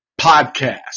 podcast